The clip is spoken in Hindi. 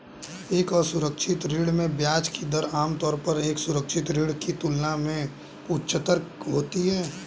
एक असुरक्षित ऋण में ब्याज की दर आमतौर पर एक सुरक्षित ऋण की तुलना में उच्चतर होती है?